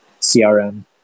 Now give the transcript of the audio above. CRM